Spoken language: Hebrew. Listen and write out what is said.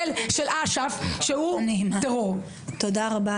חבר הכנסת אבו שחאדה --- יושבת חברת